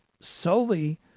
solely